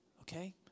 okay